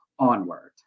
Onward